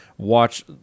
watch